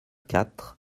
quatre